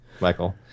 Michael